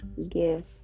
Give